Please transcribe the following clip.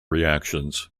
reactions